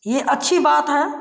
ये अच्छी बात है